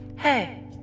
Hey